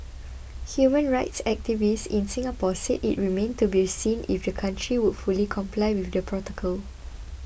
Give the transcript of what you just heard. human rights activists in Singapore said it remained to be seen if the country would fully comply with the protocol